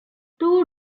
two